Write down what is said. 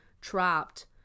trapped